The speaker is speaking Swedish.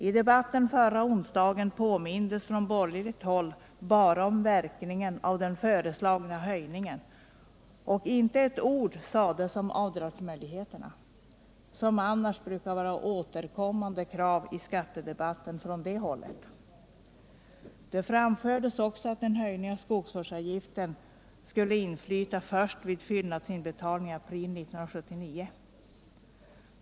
I debatten förra onsdagen påmindes från borgerligt håll bara om verkningarna av den föreslagna höjningen, och inte ett ord sades om avdragsmöjligheterna, som annars brukar vara återkommande krav i skattedebatten från det hållet. Det framfördes också att en höjning av skogsvårdsavgiften skulle inflyta först vid fyllnadsinbetalningarna i april 1979.